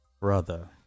Brother